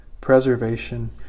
preservation